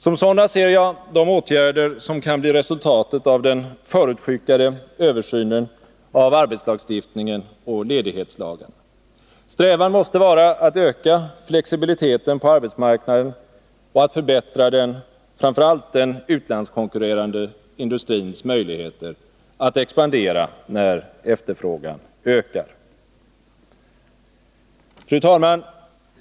Som sådana ser jag de åtgärder som kan bli resultatet av den förutskickade översynen av arbetslagstiftningen och ledighetslagarna. Strävan måste vara att öka flexibiliteten på arbetsmarknaden och att förbättra framför allt den utlandskonkurrerande industrins möjligheter att expandera när efterfrågan ökar. Fru talman!